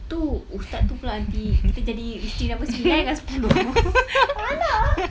tu ustaz tu pula nanti kita jadi isteri nombor sembilan dengan sepuluh tak nak ah